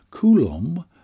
coulomb